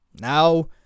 Now